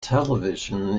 television